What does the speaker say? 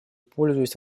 пользуясь